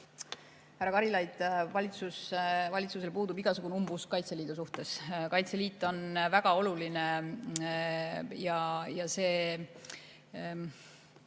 Härra Karilaid, valitsusel puudub igasugune umbusk Kaitseliidu vastu. Kaitseliit on väga oluline. See